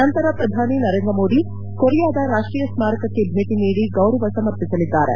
ನಂತರ ಪ್ರಧಾನಿ ನರೇಂದ್ರ ಮೋದಿ ಕೊರಿಯಾದ ರಾಷ್ಟ್ರೀಯ ಸ್ಮಾರಕಕ್ಕೆ ಭೇಟಿ ನೀಡಿ ಗೌರವ ಸಮರ್ಪಿಸಲಿದ್ದಾರೆ